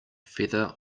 feather